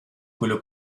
quello